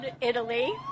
Italy